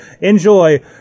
Enjoy